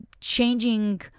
changing